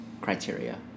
criteria